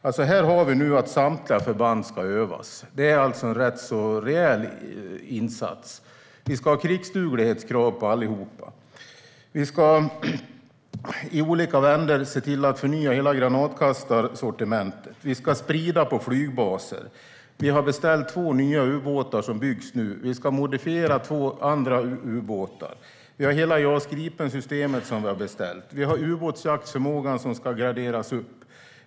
Här har vi nu beslut om att samtliga förband ska övas. Det är alltså en rätt rejäl insats. Vi ska ha krigsduglighetskrav på allihop. Vi ska i olika vändor förnya hela granatkastarsortimentet. Vi ska kunna sprida stridsflygdivisioner mellan flygbaser. Vi har beställt två nya ubåtar som byggs nu. Vi ska modifiera två andra ubåtar. Vi har hela JAS Gripen-systemet som vi har beställt. Vi har ubåtsjaktsförmågan som ska graderas upp.